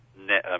net